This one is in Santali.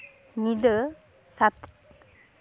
ᱧᱤᱫᱟᱹ ᱥᱟᱛ